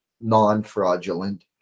non-fraudulent